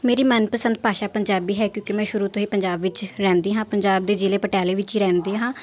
ਮੇਰੀ ਮਨਪਸੰਦ ਭਾਸ਼ਾ ਪੰਜਾਬੀ ਹੈ ਕਿਉਂਕਿ ਮੈਂ ਸ਼ੁਰੂ ਤੋਂ ਹੀ ਪੰਜਾਬ ਵਿੱਚ ਰਹਿੰਦੀ ਹਾਂ ਪੰਜਾਬ ਦੇ ਜ਼ਿਲ੍ਹੇ ਪਟਿਆਲੇ ਵਿੱਚ ਹੀ ਰਹਿੰਦੀ ਹਾਂ